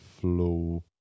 flow